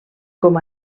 com